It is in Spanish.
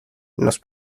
nos